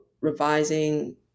revising